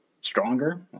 stronger